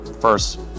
first